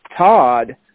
Todd